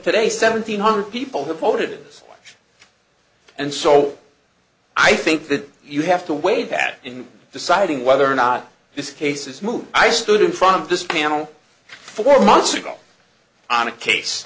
today seventeen hundred people have voted this and so i think that you have to weigh that in deciding whether or not this case is moot i stood in front of this panel four months ago on a case